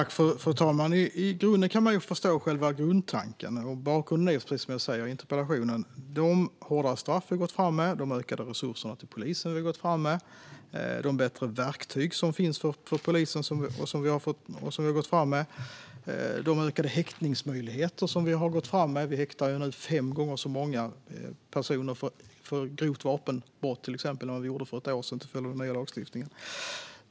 Fru ålderspresident! Man kan förstå själva grundtanken i interpellationen. Vi har gått fram med hårdare straff, ökade resurser till polisen, bättre verktyg för polisen och ökade häktningsmöjligheter. Till följd av den nya lagstiftningen häktar vi nu till exempel fem gånger så många personer för grovt vapenbrott som vi gjorde för ett år sedan. Det är bakgrunden.